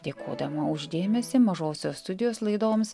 dėkodama už dėmesį mažosios studijos laidoms